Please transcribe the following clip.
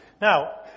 Now